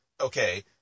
okay